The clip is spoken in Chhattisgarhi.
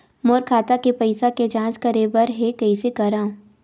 मोर खाता के पईसा के जांच करे बर हे, कइसे करंव?